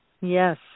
Yes